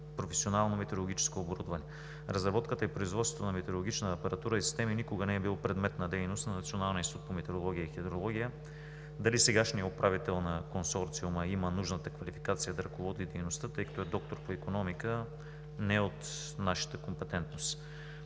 професионално метеорологическо оборудване. Разработката и производството на метеорологична апаратура и системи никога не е било предмет на дейност на Националния институт по метеорология и хидрология. Дали сегашният управител на Консорциума има нужната квалификация да ръководи дейността, тъй като е доктор по икономика, не е от нашата компетентност.